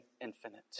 infinite